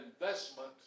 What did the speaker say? investment